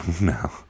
No